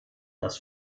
das